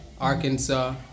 Arkansas